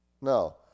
No